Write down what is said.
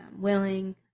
willing